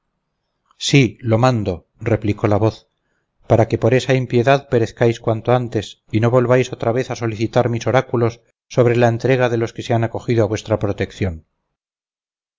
sí lo mando replicó la voz para que por esa impiedad perezcáis cuanto antes y no volváis otra vez a solicitar mis oráculos sobre la entrega de los que se han acogido a vuestra protección